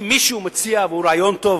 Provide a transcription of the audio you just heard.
אם מישהו מציע רעיון טוב,